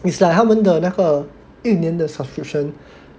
it's like 他们的那个一年的 subscription